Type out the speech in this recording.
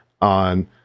on